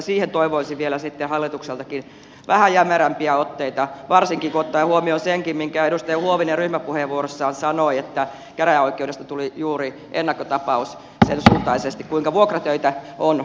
siihen toivoisin vielä sitten hallitukseltakin vähän jämerämpiä otteita varsinkin kun ottaa huomioon senkin minkä edustaja huovinen ryhmäpuheenvuorossaan sanoi että käräjäoikeudesta tuli juuri ennakkotapaus sensuuntaisesti kuinka vuokratöitä on suosittu